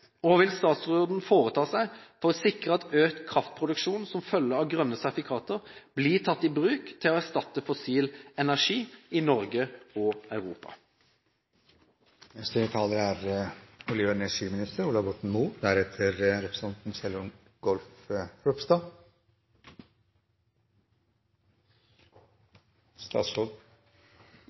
vil statsråden foreta seg for å sikre at økt kraftproduksjon som følge av grønne sertifikater blir tatt i bruk til å erstatte fossil energi i Norge og Europa? Dette er et tema som jeg og